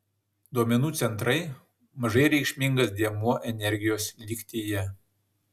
duomenų centrai mažai reikšmingas dėmuo energijos lygtyje